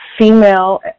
female